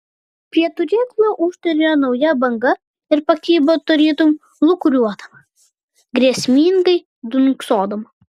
prie turėklo ūžtelėjo nauja banga ir pakibo tarytum lūkuriuodama grėsmingai dunksodama